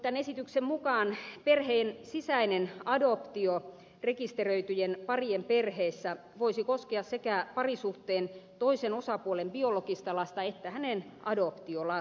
tämän esityksen mukaan perheen sisäinen adoptio rekisteröityjen parien perheissä voisi koskea sekä parisuhteen toisen osapuolen biologista lasta että hänen adoptiolastaan